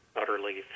utterly